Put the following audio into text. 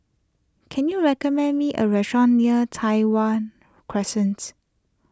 can you recommend me a restaurant near Tai Hwan Crescents